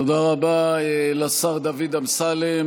תודה רבה לשר דוד אמסלם.